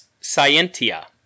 scientia